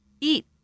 eat